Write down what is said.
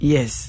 Yes